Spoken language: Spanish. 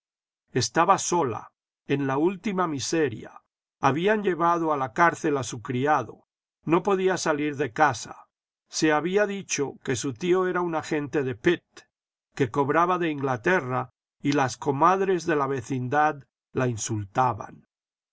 estaba sola en la última miseria habían llevado a la cárcel a su criado no podía salir de casa se había dicho que su tío era un agente de pitt que cobraba de inglaterra y las comadres de la vecindad la insultaban